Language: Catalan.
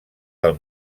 del